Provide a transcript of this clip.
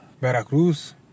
Veracruz